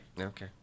Okay